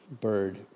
bird